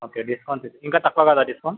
okay discount ఇంకా తక్కువ కాదా డిస్కౌంట్